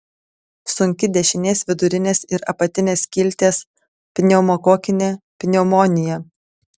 sunki dešinės vidurinės ir apatinės skilties pneumokokinė pneumonija